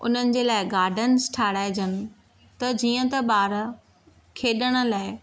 उन्हनि जे लाइ गार्डन्स ठाहिराइ जनि त जीअं त ॿार खेॾण लाइ